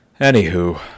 Anywho